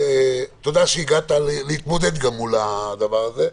תודה שהגעת להתמודד מול הדבר הזה,